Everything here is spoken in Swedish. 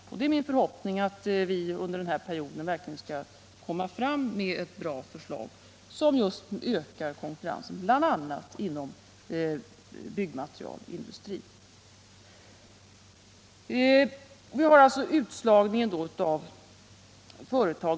Det är min förhoppning att vi under den här perioden verkligen skall komma fram med ett bra förslag, som just ökar konkurrensen bl.a. inom byggmaterialindustrin. Vi har alltså en utslagning av företag.